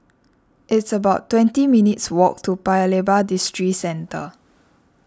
it's about twenty minutes' walk to Paya Lebar Districentre